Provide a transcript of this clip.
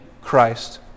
Christ